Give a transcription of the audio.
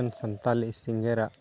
Santali ᱥᱤᱝᱜᱟᱨᱟᱜ